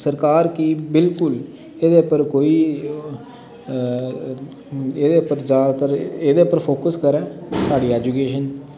सरकार गी बिल्कुल एह्दे उप्पर कोई ओह् एह् एह्दे उप्पर ज्यादातर एह्दे उप्पर फोकस करन साढी एजुकेशन